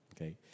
okay